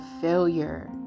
failure